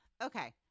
Okay